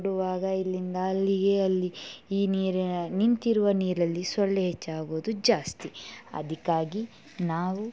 ಹರಡುವಾಗ ಇಲ್ಲಿಂದ ಅಲ್ಲಿಗೆ ಅಲ್ಲಿ ಈ ನೀರಿನ ನಿಂತಿರುವ ನೀರಲ್ಲಿ ಸೊಳ್ಳೆ ಹೆಚ್ಚಾಗುವುದು ಜಾಸ್ತಿ ಅದಕ್ಕಾಗಿ ನಾವು